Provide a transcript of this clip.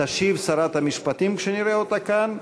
תשיב שרת המשפטים, כשנראה אותה כאן.